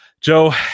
Joe